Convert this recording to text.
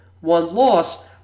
one-loss